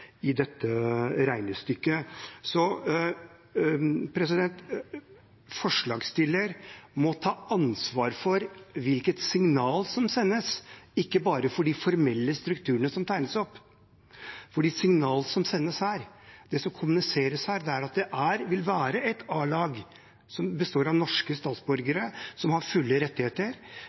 regnestykket. Forslagsstiller må ta ansvar for hvilket signal som sendes, ikke bare for de formelle strukturene som tegnes opp. Signalet som sendes her, det som kommuniseres, er at det vil være et a-lag som består av norske statsborgere, som har fulle rettigheter,